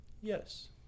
Yes